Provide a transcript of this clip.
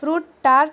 fruit tarot